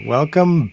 Welcome